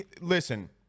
listen